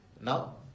Now